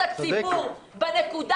אם שלושת רבעי מהציבור היה מקפיד על מסכות,